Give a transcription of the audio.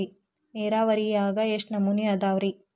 ನೇರಾವರಿಯಾಗ ಎಷ್ಟ ನಮೂನಿ ಅದಾವ್ರೇ?